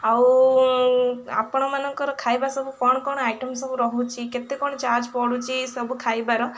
ଆଉ ଆପଣମାନଙ୍କର ଖାଇବା ସବୁ କ'ଣ କ'ଣ ଆଇଟମ୍ ସବୁ ରହୁଛି କେତେ କ'ଣ ଚାର୍ଜ ପଡ଼ୁଛି ସବୁ ଖାଇବାର